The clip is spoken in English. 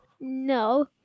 No